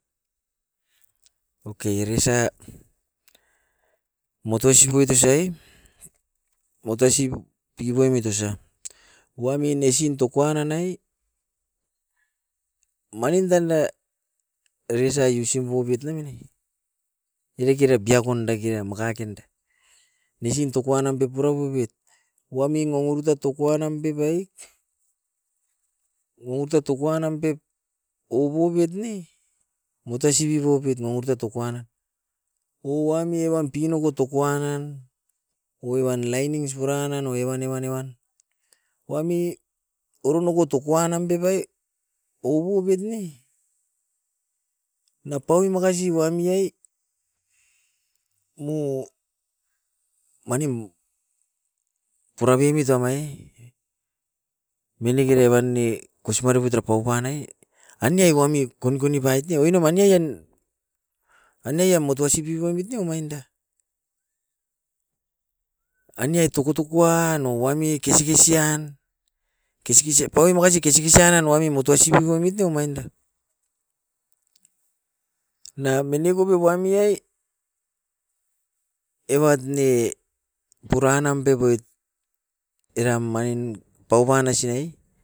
Omain era aniat kesikesian ra tan usim pono pet tan, manap tan era paui makasi usim pano pet tan.